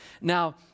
Now